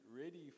ready